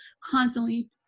constantly